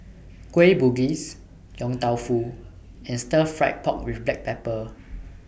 Kueh Bugis Yong Tau Foo and Stir Fried Pork with Black Pepper